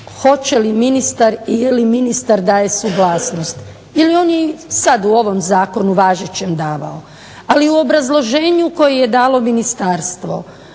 hoće li ministar ili ministar daje suglasnost, jer on je i sad u ovom zakonu važećem davao. Ali u obrazloženju koje je dalo ministarstvo